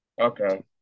Okay